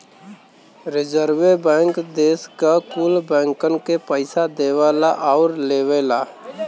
रीजर्वे bank देस के कुल बैंकन के पइसा देवला आउर लेवला